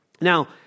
Now